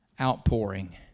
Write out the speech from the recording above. outpouring